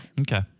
Okay